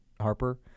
Harper